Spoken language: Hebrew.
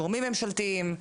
גורמים ממשלתיים,